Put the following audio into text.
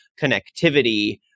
connectivity